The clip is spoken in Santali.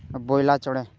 ᱵᱚᱭᱞᱟ ᱪᱚᱬᱮ